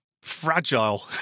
fragile